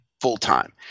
full-time